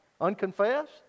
Unconfessed